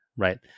Right